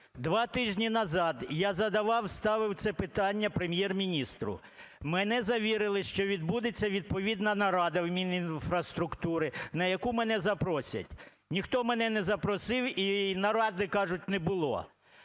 Два тижні назад я задавав, ставив це питання Прем'єр-міністру. Мене завірили, що відбудеться відповідна нарада в Мінінфраструктури, на яку мене запросять. Ніхто мене не запросив, і наради, кажуть, не було.